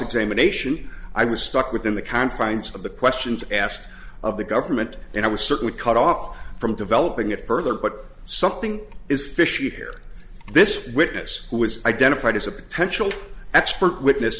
examination i was stuck within the confines of the questions asked of the government and i was certainly cut off from developing it further but something is fishy here this witness who was identified as a potential expert witness